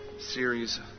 series